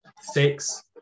six